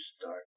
start